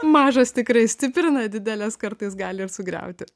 mažos tikrai stiprina didelės kartais gali ir sugriauti